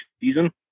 season